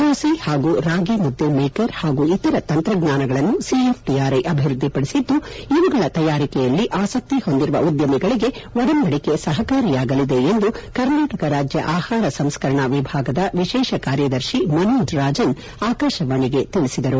ದೋಸೆ ಹಾಗೂ ರಾಗಿ ಮುದ್ದೆ ಮೇಕರ್ ಹಾಗೂ ಇತರ ತಂತ್ರಜ್ಞಾನಗಳನ್ನು ಸಿಎಫ್ಟಿಆರ್ಐ ಅಭಿವೃದ್ಧಿಪಡಿಸಿದ್ದು ಇವುಗಳ ತಯಾರಿಕೆಯಲ್ಲಿ ಆಸಕ್ತಿ ಹೊಂದಿರುವ ಉದ್ಯಮಿಗಳಿಗೆ ಒಡಂಬಡಿಕೆ ಸಹಾಯಕಾರಿಯಾಗಲಿದೆ ಎಂದು ಕರ್ನಾಟಕ ರಾಜ್ಯ ಆಹಾರ ಸಂಸ್ಕರಣಾ ವಿಭಾಗದ ವಿಶೇಷ ಕಾರ್ಯದರ್ಶಿ ಮನೋಜ್ ರಾಜನ್ ಆಕಾಶವಾಣಿಗೆ ತಿಳಿಸಿದರು